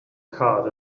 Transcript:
card